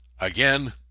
again